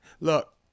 look